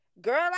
girl